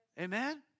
Amen